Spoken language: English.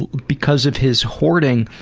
because of his hoarding,